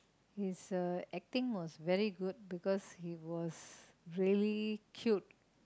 his uh acting was very good because he was really cute